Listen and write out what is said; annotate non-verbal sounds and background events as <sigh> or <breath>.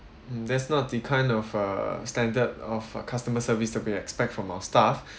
mm that's not the kind of a standard of customer service to be expect from our staff <breath>